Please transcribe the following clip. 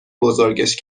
بزرگش